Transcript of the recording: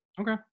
Okay